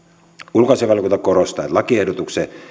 ulkoasiainvaliokunta korostaa että lakiehdotuksen